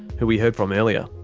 who we heard from earlier.